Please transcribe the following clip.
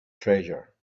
treasure